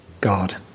God